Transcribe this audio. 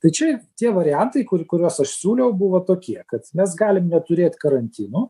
tai čia tie variantai kur kuriuos aš siūliau buvo tokie kad mes galim neturėt karantino